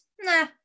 nah